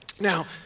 Now